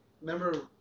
remember